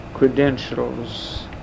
credentials